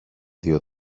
δύο